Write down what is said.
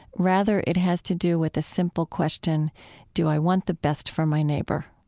rather it has to do with a simple question do i want the best for my neighbor?